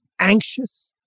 anxious